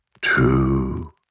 two